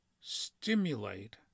stimulate